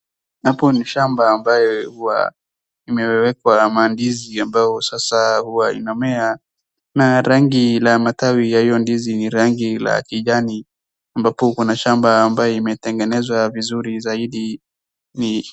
Hapo ni shamba ambaye huwa imwekwa mandizi ambayo sasa huwa inamea na rangi la matawi ya hiyo mandizi ni rangi la kijani ambapo kuna shamba ambaye imetengenezwa vizuri zaidi ni.